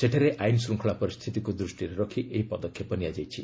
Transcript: ସେଠାରେ ଆଇନ ଶୃଙ୍ଖଳା ପରିସ୍ଥିତିକୁ ଦୂଷ୍ଟିରେ ରଖି ଏହି ପଦକ୍ଷେପ ନିଆଯାଇଛି